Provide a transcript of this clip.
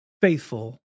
faithful